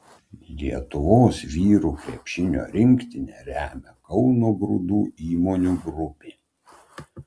lietuvos vyrų krepšinio rinktinę remia kauno grūdų įmonių grupė